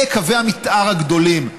אלה קווי המתאר הגדולים.